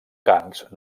carns